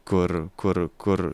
kur kur kur